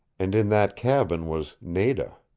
and in that cabin was nada.